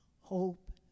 hope